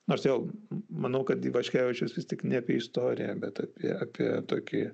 nors vėl manau kad ivaškevičius tik ne apie istoriją bet apie apie tokį